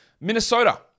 Minnesota